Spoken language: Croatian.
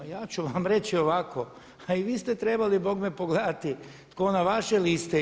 A ja ću vam reći ovako a i vi ste trebali bogme pogledati tko na vaše liste ide.